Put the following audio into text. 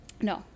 No